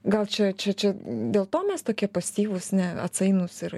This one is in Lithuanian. gal čia čia čia dėl to mes tokie pasyvūs ne atsainūs ir